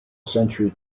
century